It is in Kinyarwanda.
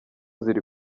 ziri